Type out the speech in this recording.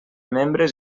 membres